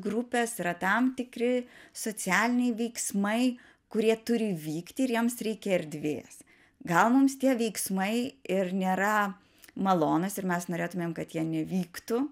grupės yra tam tikri socialiniai veiksmai kurie turi vykti ir joms reikia erdvės gal mums tie veiksmai ir nėra malonūs ir mes norėtumėm kad jie nevyktų